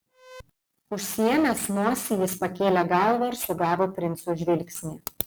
užsiėmęs nosį jis pakėlė galvą ir sugavo princo žvilgsnį